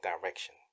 direction